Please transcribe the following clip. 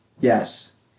Yes